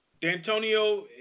D'Antonio